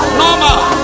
normal